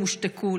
הם הושתקו.